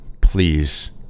Please